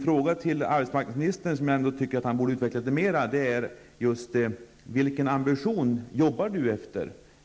Kan arbetsmarknadsministern utveckla svaret litet mera och berätta vilken ambition han arbetar efter?